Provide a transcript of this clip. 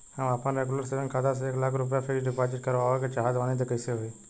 हम आपन regular saving खाता से एक लाख रुपया फिक्स डिपॉज़िट करवावे के चाहत बानी त कैसे होई?